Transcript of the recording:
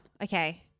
Okay